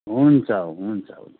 हुन्छ हुन्छ हुन्छ